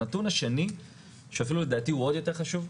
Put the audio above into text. הנתון השני שאפילו לדעתי הוא עוד יותר חשוב,